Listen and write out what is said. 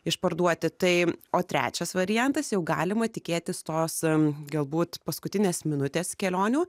išparduoti tai o trečias variantas jau galima tikėtis tos galbūt paskutinės minutės kelionių